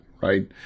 right